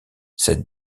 cette